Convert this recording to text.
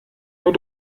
nur